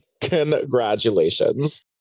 Congratulations